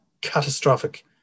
catastrophic